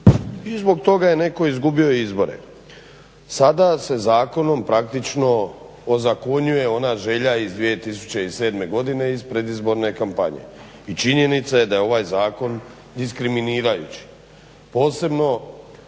i zbog toga je netko izgubio izbore. Sada se zakonom praktično ozakonjuje ona želja iz 2007. godine iz predizborne kampanje i činjenica je da je ovaj zakon diskriminirajući, posebno